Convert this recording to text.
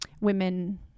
women